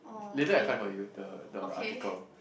later I found for you the the article